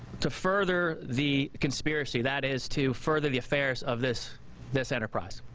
to further the conspiracy, that is to further the affairs of this this enterprise.